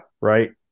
Right